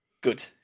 good